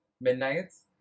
Midnight's